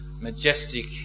majestic